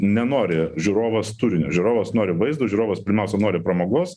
nenori žiūrovas turinio žiūrovas nori vaizdo žiūrovas pirmiausia nori pramogos